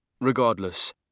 Regardless